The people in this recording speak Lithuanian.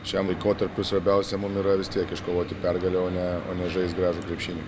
šiam laikotarpiui svarbiausia mum yra vis tiek iškovoti pergalę o ne o ne žaist gražų krepšinį